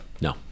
No